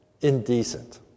indecent